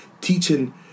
teaching